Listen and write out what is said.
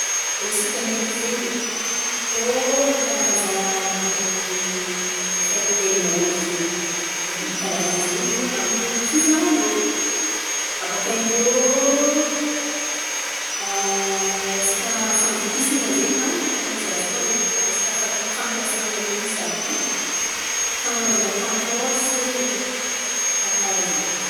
Meksiky ndraiky zen̈y, rô mankalaza andra ny fety de la môro ze. Mankalaza ze rô amin’ny fivolanan-drô. Abaka iô resaka fandokisana man̈ana ny maha izy azy koa irô. Resaka fampiasan̈a episy àby io. Fan̈anôvan̈a takôsy e, karà ze.